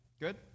Good